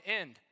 end